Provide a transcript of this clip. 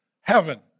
heaven